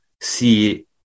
see